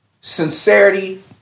sincerity